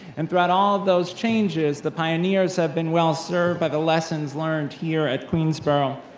and throughout all of those changes, the pioneers have been well served by the lessons learned here at queensborough,